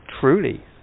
truly